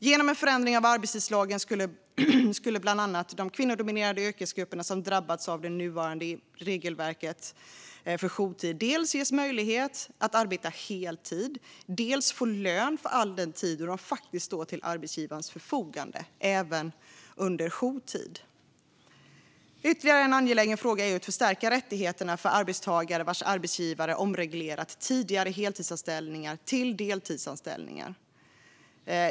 Genom en förändring av arbetstidslagen skulle bland annat de kvinnodominerade yrkesgrupper som drabbas av det nuvarande regelverket för jourtid dels ges möjlighet att arbeta heltid, dels få lön för all den tid då de faktiskt står till arbetsgivarens förfogande, även under jourtid. Ytterligare en angelägen fråga är att förstärka rättigheterna för arbetstagare vars arbetsgivare omreglerat tidigare heltidsanställningar till deltidsanställningar.